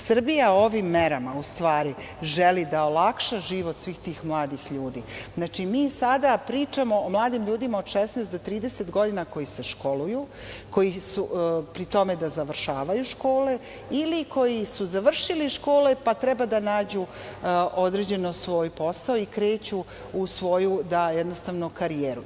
Srbija ovim merama ustvari želi da olakša život svih tih mladih ljudi, mi sada pričamo o mladim ljudima od 16 do 30 godina, koji se školuju, koji pri tome završavaju škole, ili koji su završili škole pa treba da nađu određene svoje poslove i kreću u svoje karijere.